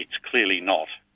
ah clearly not.